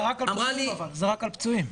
זה רק על פצועים.